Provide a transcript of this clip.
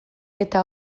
eta